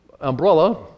umbrella